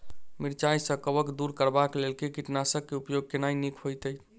मिरचाई सँ कवक दूर करबाक लेल केँ कीटनासक केँ उपयोग केनाइ नीक होइत?